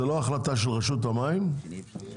אם כן,